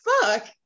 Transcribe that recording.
Fuck